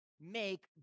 make